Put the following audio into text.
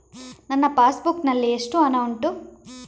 ನನ್ನ passbook ನಲ್ಲಿ ಎಷ್ಟು ಹಣ ಉಂಟು?